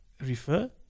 refer